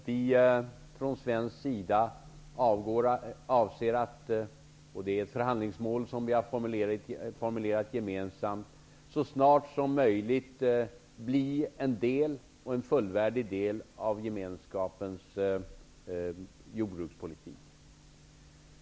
Herr talman! Det är alldeles riktigt, som Mats Hellström säger, att vi från svensk sida avser att så snart som möjligt bli en fullvärdig del av gemenskapens jordbrukspolitik. Det är ett förhandlingsmål som vi har formulerat gemensamt.